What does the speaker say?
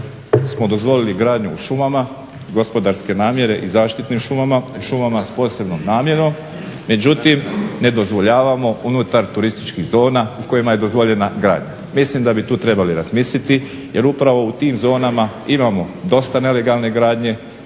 smo dozvoliti gradnju u šumama, gospodarske namjere i zaštitnim šumama s posebnom namjenom, međutim ne dozvoljavamo unutra turističkih zona u kojima je dozvoljena gradnja. Mislim da bi tu trebali razmisliti, jer upravo u tim zonama imamo dosta nelegalne gradnje